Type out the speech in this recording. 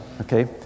okay